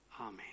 Amen